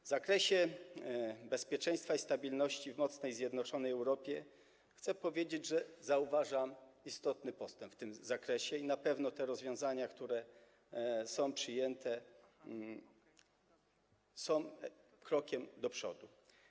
W zakresie bezpieczeństwa i stabilności w mocnej i zjednoczonej Europie chcę powiedzieć, że zauważam istotny postęp w tym zakresie i na pewno te rozwiązania, które są przyjęte, są krokiem do przodu.